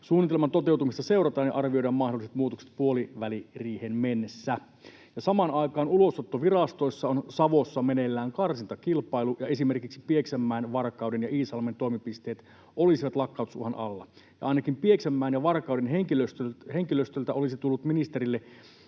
Suunnitelman toteutumista seurataan, ja mahdolliset muutokset arvioidaan puoliväliriiheen mennessä. Samaan aikaan ulosottovirastoissa on Savossa meneillään karsintakilpailu, ja esimerkiksi Pieksämäen, Varkauden ja Iisalmen toimipisteet olisivat lakkautusuhan alla. Ja ainakin Pieksämäen ja Varkauden henkilöstöltä olisi tullut ministerille